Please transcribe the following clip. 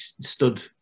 stood